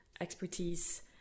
expertise